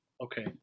Okay